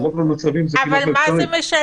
ברוב המצבים זה כמעט לא אפשרי,